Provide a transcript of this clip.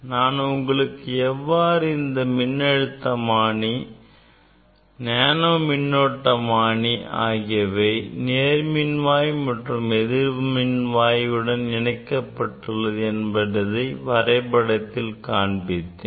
நான் உங்களுக்கு எவ்வாறு இந்த மின்னழுத்தமானி நேனோ மின்னோட்டமானி ஆகியவை நேர்மின்வாய் மற்றும் எதிர்மின்வாயுடன் இணைக்கப்பட்டுள்ளது என்பதை வரைபடத்தில் காண்பித்தேன்